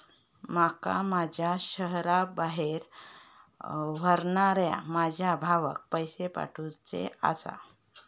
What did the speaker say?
माका माझ्या शहराबाहेर रव्हनाऱ्या माझ्या भावाक पैसे पाठवुचे आसा